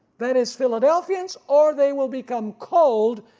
that is philadelphians, or they will become cold,